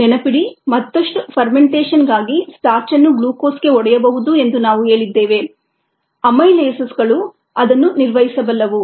ನೆನಪಿಡಿ ಮತ್ತಷ್ಟು ಫರ್ಮೆಂಟೇಶನ್ಗಾಗಿ ಸ್ಟಾರ್ಚ್ ಅನ್ನು ಗ್ಲೂಕೋಸ್ಗೆ ಒಡೆಯಬಹುದು ಎಂದು ನಾವು ಹೇಳಿದ್ದೇವೆ ಅಮೈಲೇಸ್ಗಳು ಅದನ್ನು ನಿರ್ವಹಿಸಬಲ್ಲವು